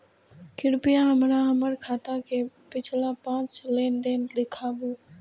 कृपया हमरा हमर खाता के पिछला पांच लेन देन दिखाबू